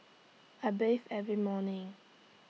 I bathe every morning